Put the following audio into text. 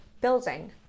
building